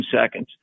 seconds